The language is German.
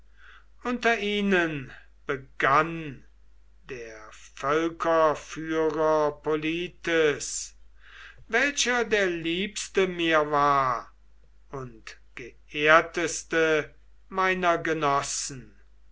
unter ihnen begann der völkerführer polites welcher der liebste mir war und geehrteste meiner genossen